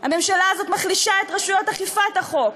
הממשלה הזאת מחלישה את רשויות אכיפת החוק